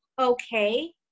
okay